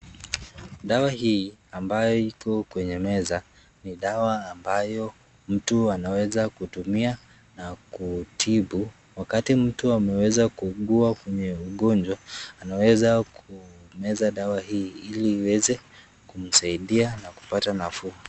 Dawa hii ambayo iko kwenye meza ni dawa ambayo mtu anaweza kutumia na kutibu wakati mtu ameweza kuugua kwenye ugonjwa kuweza kumezadawa hii ili iweze kumsaidia na kupata nafuu.